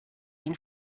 ihn